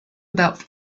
about